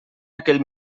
aquell